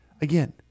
Again